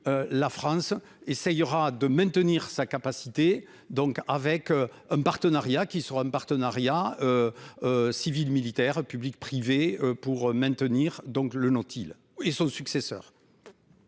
La France. Essayera de maintenir sa capacité donc avec un partenariat qui sera un partenariat. Civil, militaire public-privé pour maintenir donc le Nautile et son successeur.